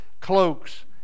cloaks